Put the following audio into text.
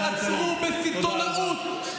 ועצרו בסיטונאות.